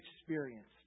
experienced